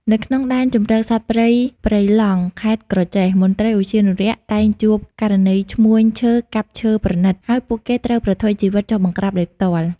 នៅក្នុង ដែនជម្រកសត្វព្រៃព្រៃឡង់ ខេត្តក្រចេះ មន្ត្រីឧទ្យានុរក្សតែងជួបករណីឈ្មួញឈើកាប់ឈើប្រណីត ហើយពួកគេត្រូវប្រថុយជីវិតចុះបង្ក្រាបដោយផ្ទាល់។